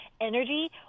energy